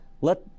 let